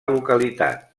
localitat